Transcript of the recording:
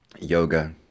yoga